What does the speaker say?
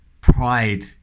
pride